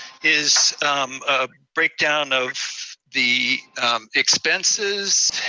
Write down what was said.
is a breakdown of the expenses,